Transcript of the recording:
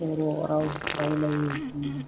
बर' राव रायलायो जोङो